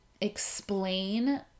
explain